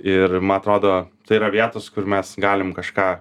ir ma atrodo tai yra vietos kur mes galim kažką